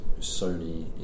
Sony